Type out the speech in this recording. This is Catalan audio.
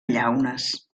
llaunes